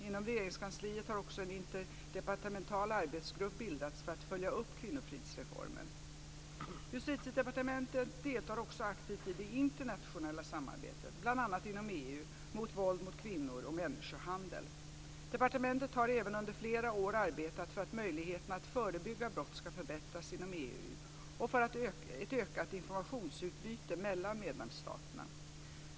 Inom Regeringskansliet har också en interdepartemental arbetsgrupp bildats för att följa upp kvinnofridsreformen. Justitiedepartementet deltar också aktivt i det internationella samarbetet, bl.a. inom EU, mot våld mot kvinnor och människohandel. Departementet har även under flera år arbetat för att möjligheterna att förebygga brott ska förbättras inom EU och för ett ökat informationsutbyte mellan medlemsstaterna.